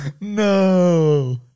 No